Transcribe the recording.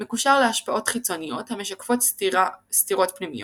מקושר להשפעות חיצוניות המשקפות סתירות פנימיות.